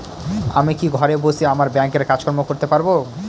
আমি কি ঘরে বসে আমার ব্যাংকের কাজকর্ম করতে পারব?